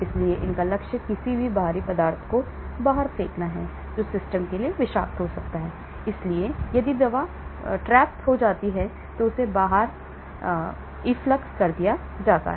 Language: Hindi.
इसलिए इसका लक्ष्य किसी भी बाहरी पदार्थ को बाहर फेंकना है जो सिस्टम के लिए विषाक्त हो सकता है और इसलिए यदि दवा पकड़ी जाती है तो उसे बाहर भी फेंक दिया जा सकता है